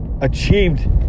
achieved